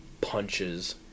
punches